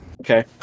Okay